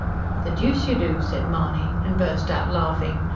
the deuce you do! said mahony, and burst out laughing.